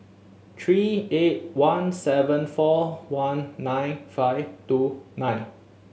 three eight one seven four one nine five two nine